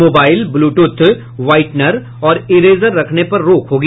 mobile bluetooth whitener और eraser रखने पर रोक रहेगी